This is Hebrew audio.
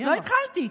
לא התחלתי.